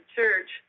church